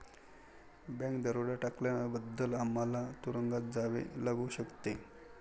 bank दरोडा टाकल्याबद्दल आम्हाला तुरूंगात जावे लागू शकते